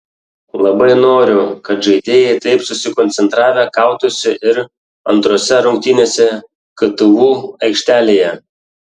labai noriu kad žaidėjai taip susikoncentravę kautųsi ir antrose rungtynėse ktu aikštelėje